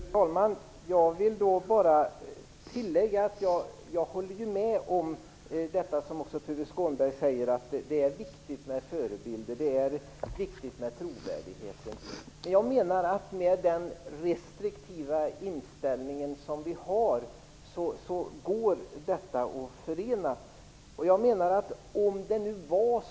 Fru talman! Jag vill bara tillägga att jag håller med om det Tuve Skånberg säger. Det är viktigt med förebilder. Det är viktigt med trovärdighet. Men jag menar att vår restriktiva inställning gör att alkohol och representation går att förena.